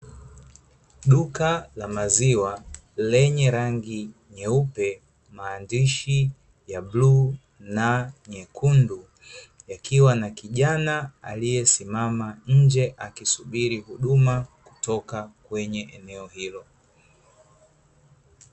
Duka la maziwa lenye rangi nyeupe, maandishi ya bluu na nyekundu. Likiwa na kijana aliyesimama nje, akisubiri huduma kutoka kwenye eneo hilo.